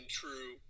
true